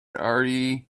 already